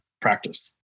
practice